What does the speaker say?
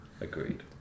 agreed